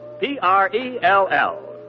P-R-E-L-L